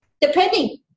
depending